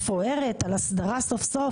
הצבעה בעד, 5 נגד, 7 נמנעים,